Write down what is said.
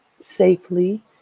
safely